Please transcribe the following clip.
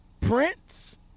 Prince